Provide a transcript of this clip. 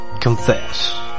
confess